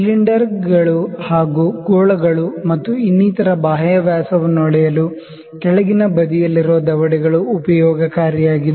ಸಿಲಿಂಡರ್ಗಳು ಹಾಗೂ ಗೋಳಗಳು ಮತ್ತು ಇನ್ನಿತರ ಬಾಹ್ಯ ವ್ಯಾಸವನ್ನು ಅಳೆಯಲು ಕೆಳಗಿನ ಬದಿಯಲ್ಲಿರುವ ದವಡೆಗಳು ಉಪಯೋಗಕಾರಿಯಾಗಿದೆ